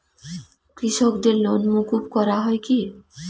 কৃষকদের লোন মুকুব করা হয় কি?